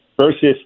versus